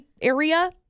area